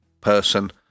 person